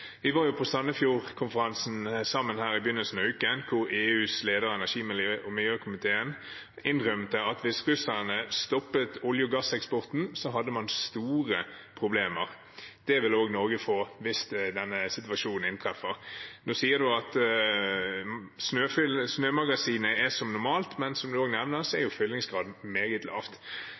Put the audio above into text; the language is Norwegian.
Vi var jo på Sandefjord-konferansen sammen her i begynnelsen av uken, hvor lederen for energi- og miljøkomiteen innrømte at hvis russerne stoppet olje- og gasseksporten, hadde man store problemer. Det vil også Norge få hvis denne situasjonen inntreffer. Nå sier statsråden at snømagasinet er som normalt, men som statsråden også nevner, er jo fyllingsgraden meget